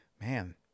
man